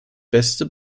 beste